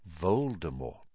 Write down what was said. Voldemort